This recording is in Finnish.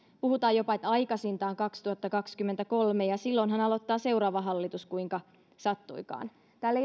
puhutaan jopa että aikaisintaan kaksituhattakaksikymmentäkolme ja silloinhan aloittaa seuraava hallitus kuinka sattuikaan täällä